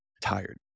tired